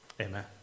Amen